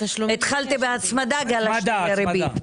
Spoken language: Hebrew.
התחלתי בהצמדה, גלשתי לריבית.